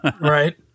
Right